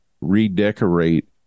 redecorate